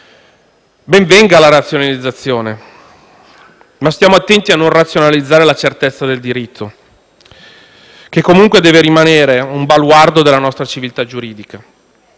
Ben venga la razionalizzazione, ma stiamo attenti a non razionalizzare la certezza del diritto, che deve rimanere un baluardo della nostra civiltà giuridica.